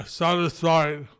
satisfied